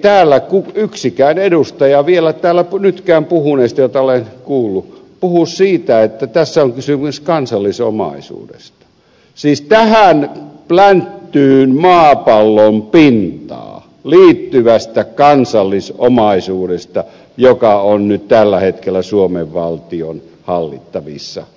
täällä ei yksikään edustaja vielä täällä nytkään puhuneista joita olen kuullut puhu siitä että tässä on kysymys kansallisomaisuudesta siis tähän plänttyyn maapallon pintaan liittyvästä kansallisomaisuudesta joka on nyt tällä hetkellä suomen valtion hallittavissa ja hallinnoitavissa